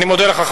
אני מודה לך,